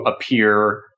appear